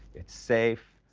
it's safe.